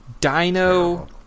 Dino